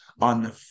on